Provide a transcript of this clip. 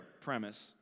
premise